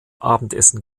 abendessen